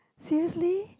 seriously